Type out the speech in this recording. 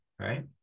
Right